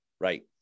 Right